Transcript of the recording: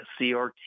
CRT